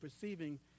perceiving